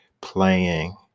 playing